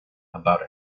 about